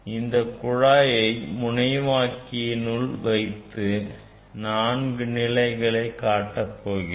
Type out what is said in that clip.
அந்தக் குழாயை மூனைவாக்கியினுள் வைத்து நான்கு நிலைகளை காட்டப் போகிறேன்